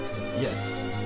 Yes